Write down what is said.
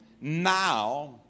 Now